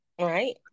Right